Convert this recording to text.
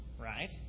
right